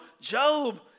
Job